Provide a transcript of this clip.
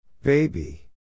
Baby